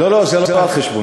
לא, זה לא על חשבוני.